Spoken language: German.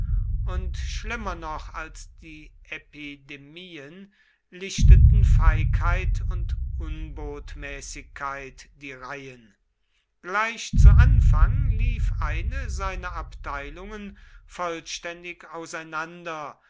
und schlimmer noch als die epidemien lichteten feigheit und unbotmäßigkeit die reihen gleich zu anfang lief eine seiner abteilungen vollständig auseinander